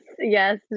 yes